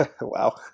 wow